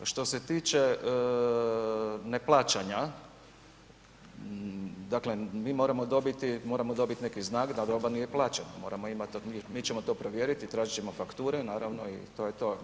Što se tiče neplaćanja, dakle mi moramo dobiti, moramo dobiti neki znak da roba nije plaćena, moramo imati, mi ćemo to provjeriti i tražit ćemo fakture naravno i to je to.